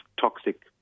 toxic